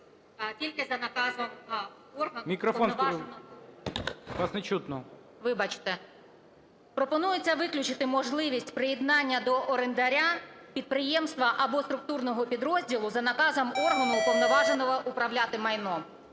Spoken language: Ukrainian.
Пропонується виключити можливість приєднання до орендаря підприємства або структурного підрозділу за наказом органу, уповноваженого управляти майном.